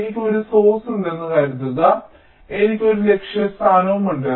എനിക്ക് ഒരു സോർസുണ്ടെന്ന് കരുതുക എനിക്ക് ഒരു ലക്ഷ്യസ്ഥാനമുണ്ട്